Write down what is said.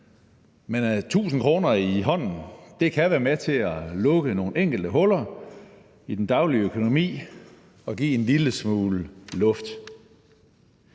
Men 1.000 kr. i hånden kan være med til at lukke nogle enkelte huller i den daglige økonomi og give en lille smule luft.